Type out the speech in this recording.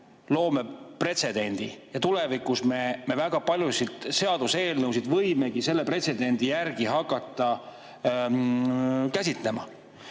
loome pretsedendi ja tulevikus me väga paljusid seaduseelnõusid võimegi selle pretsedendi järgi hakata käsitlema.